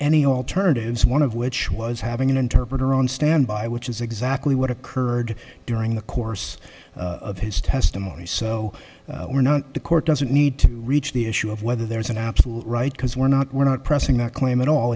any alternatives one of which was having an interpreter on standby which is exactly what occurred during the course of his testimony so we're not the court doesn't need to reach the issue of whether there's an absolute right because we're not we're not pressing that claim at all